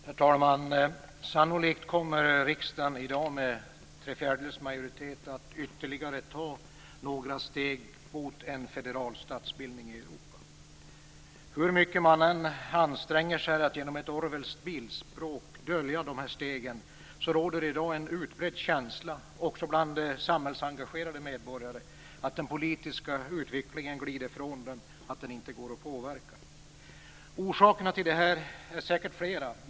Herr talman! Sannolikt kommer riksdagen i dag med tre fjärdedels majoritet att ytterligare ta några steg mot en federal statsbildning i Europa. Hur mycket man än anstränger sig att genom ett Orwellskt bildspråk dölja dessa steg råder det i dag en utbredd känsla också bland samhällsengagerade medborgare att den politiska utvecklingen glider ifrån oss och inte går att påverka. Orsakerna till detta är säkert flera.